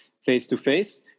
face-to-face